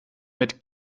mit